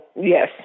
yes